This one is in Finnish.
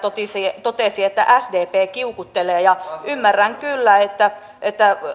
totesi että sdp kiukuttelee ja ymmärrän kyllä että että